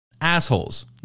Assholes